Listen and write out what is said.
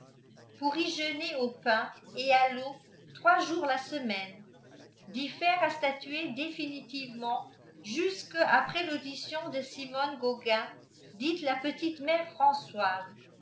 pour y jeûner au pain et à l'eau trois jours la semaine diffère à statuer définitivement jusque après l'audition de simonne gaugain dite la petite mère françoise